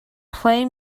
play